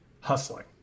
hustling